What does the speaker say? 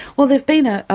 well, there've been a. ah